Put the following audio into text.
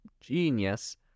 genius